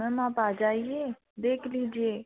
ma'am आप आ जाइए देख लीजिए